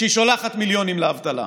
כשהיא שולחת מיליונים לאבטלה.